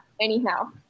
anyhow